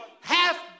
half